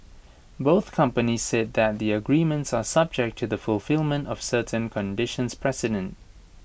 both companies said that the agreements are subject to the fulfilment of certain conditions precedent